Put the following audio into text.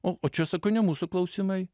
o o čia sakau ne mūsų klausimai